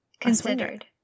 considered